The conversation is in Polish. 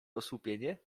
osłupienie